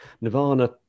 Nirvana